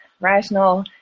rational